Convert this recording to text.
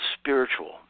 spiritual